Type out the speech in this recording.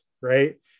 Right